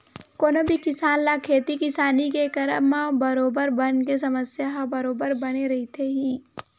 कोनो भी किसान ल खेती किसानी के करब म बरोबर बन के समस्या ह बरोबर बने रहिथे ही